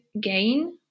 gain